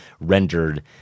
rendered